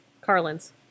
Carlin's